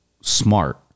smart